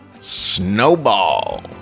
Snowball